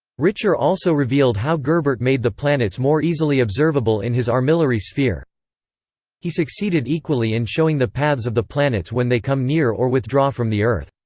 richer also revealed how gerbert made the planets more easily observable in his armillary sphere he succeeded equally in showing the paths of the planets when they come near or withdraw from the earth.